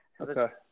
Okay